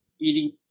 eating